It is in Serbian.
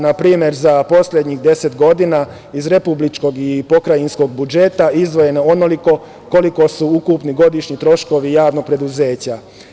Na primer za poslednjih deset godina iz republičkog i pokrajinskog budžeta izdvojeno je onoliko koliko su ukupni godišnji troškovi javnog preduzeća.